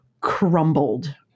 crumbled